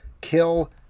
Kill